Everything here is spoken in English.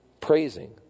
praising